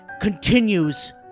continues